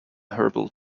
herbal